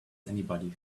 anybody